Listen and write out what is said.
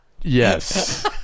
Yes